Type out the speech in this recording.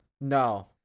No